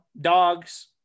Dogs